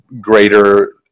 greater